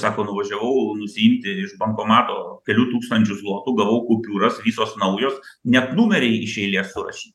sako nuvažiavau nusiimti iš bankomato kelių tūkstančių zlotų gavau kupiūras visos naujos net numeriai iš eilės surašyti